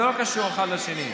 זה לא קשור אחד לשני.